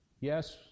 yes